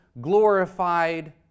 glorified